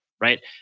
right